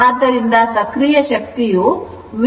ಆದ್ದರಿಂದ ಸಕ್ರಿಯ ಶಕ್ತಿಯು VI cosα β ಆಗಿರುತ್ತದೆ